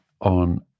on